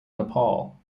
nepal